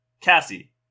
Cassie